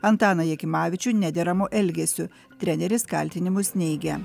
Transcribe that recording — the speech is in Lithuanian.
antaną jakimavičių nederamu elgesiu treneris kaltinimus neigia